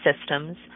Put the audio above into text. systems